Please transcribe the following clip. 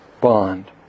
bond